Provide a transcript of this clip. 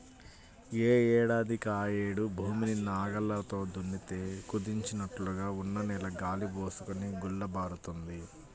యే ఏడాదికాయేడు భూమిని నాగల్లతో దున్నితే కుదించినట్లుగా ఉన్న నేల గాలి బోసుకొని గుల్లబారుతుంది